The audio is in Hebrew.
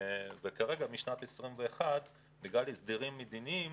ומשנת 2021 בגלל הסדרים מדיניים